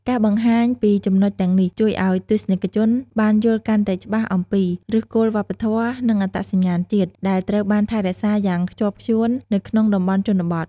ការបង្ហាញពីចំណុចទាំងនេះ ជួយឱ្យទស្សនិកជនបានយល់កាន់តែច្បាស់អំពី ឫសគល់វប្បធម៌ និងអត្តសញ្ញាណជាតិ ដែលត្រូវបានថែរក្សាយ៉ាងខ្ជាប់ខ្ជួននៅក្នុងតំបន់ជនបទ។